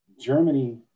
Germany